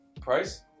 Price